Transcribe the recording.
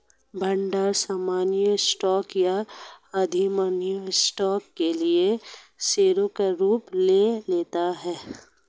भंडार सामान्य स्टॉक या अधिमान्य स्टॉक के लिए शेयरों का रूप ले लेता है